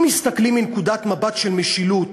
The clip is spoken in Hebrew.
אם מסתכלים מנקודת מבט של משילות,